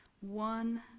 one